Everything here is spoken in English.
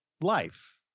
life